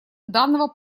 данного